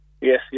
yes